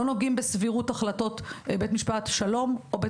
לא נוגעים בסבירות החלטות בית משפט שלום או בית